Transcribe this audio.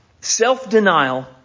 Self-denial